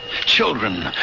children